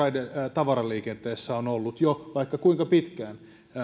tavaraliikenteessä on ollut jo vaikka kuinka pitkään